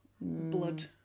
blood